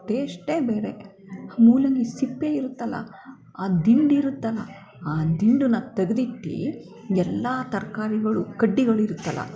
ಟೇಶ್ಟೇ ಬೇರೆ ಆ ಮೂಲಂಗಿ ಸಿಪ್ಪೆ ಇರುತ್ತಲ್ಲ ಆ ದಿಂಡು ಇರುತ್ತಲ್ಲ ಆ ದಿಂಡನ್ನ ತೆಗೆದಿಟ್ಟು ಎಲ್ಲ ತರಕಾರಿಗಳು ಕಡ್ಡಿಗಳಿರುತ್ತಲ್ಲ